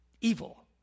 evil